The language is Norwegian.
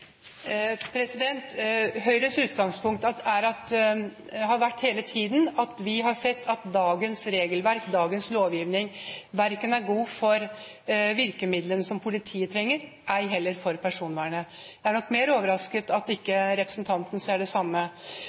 har hele tiden vært at vi har sett det slik at dagens regelverk og dagens lovgivning verken er god for virkemidlene som politiet trenger, eller for personvernet. Jeg er nok mer overrasket over at ikke representanten ser det samme.